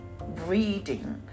reading